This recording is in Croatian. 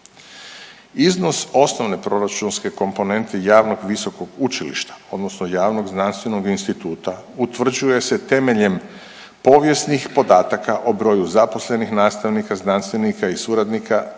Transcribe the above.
Iznos osnovne proračunske komponente javnog visokog učilišta odnosno javnog znanstvenog instituta utvrđuje se temeljem povijesnih podataka o broju zaposlenih nastavnika, znanstvenika i suradnika